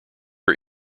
are